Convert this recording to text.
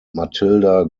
matilda